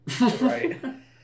Right